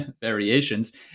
variations